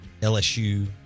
LSU